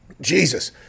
Jesus